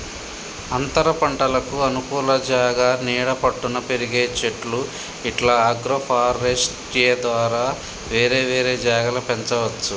అంతరపంటలకు అనుకూల జాగా నీడ పట్టున పెరిగే చెట్లు ఇట్లా అగ్రోఫారెస్ట్య్ ద్వారా వేరే వేరే జాగల పెంచవచ్చు